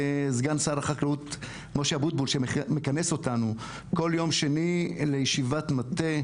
סגן שר החקלאות משה אבוטבול שמכנס אותנו בכל יום שני לישיבת מטה,